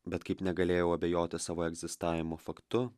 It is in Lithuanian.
bet kaip negalėjau abejoti savo egzistavimo faktu